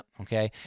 Okay